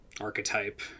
archetype